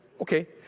okay.